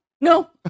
no